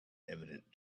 evident